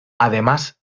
además